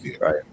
Right